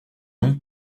non